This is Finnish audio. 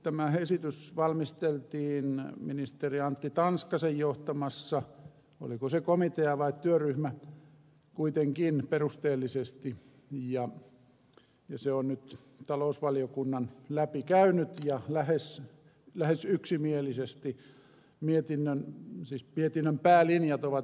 tämä esitys valmisteltiin perusteellisesti ministeri antti tanskasen johtamassa komiteassa vai oliko se kolme tyhjää vaan työryhmä kuitenkin työryhmässä ja se on nyt talousvaliokunnan läpikäynyt ja lähes lähes yksimielisesti mietinnän siis mietinnön päälinjat ovat lähes yksimieliset